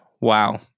Wow